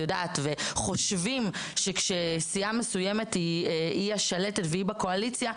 חושבים כשסיעה מסוימת היא השלטת והיא בקואליציה,